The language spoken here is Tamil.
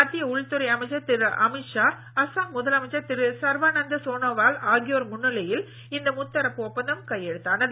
மத்திய உள்துறை அமைச்சர் திரு அமீத் ஷா அசாம் முதலமைச்சர் திரு சர்வானந்தா சோனோவால் ஆகியோர் முன்னிலையில் இந்த முத்தரப்பு ஒப்பந்தம் கையெழுத்தானது